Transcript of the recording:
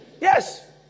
Yes